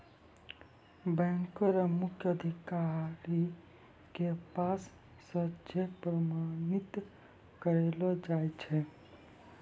बैंको र मुख्य अधिकारी के पास स चेक प्रमाणित करैलो जाय छै